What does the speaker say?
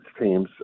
teams